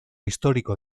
histórico